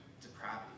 depravity